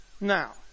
Now